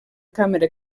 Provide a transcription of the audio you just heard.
càmera